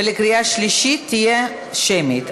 ובקריאה שלישית היא תהיה שמית,